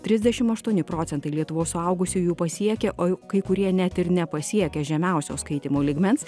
trisdešim aštuoni procentai lietuvos suaugusiųjų pasiekia o kai kurie net ir nepasiekia žemiausio skaitymo lygmens